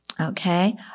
Okay